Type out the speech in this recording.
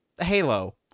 Halo